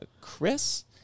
Chris